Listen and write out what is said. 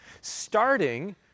starting